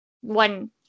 one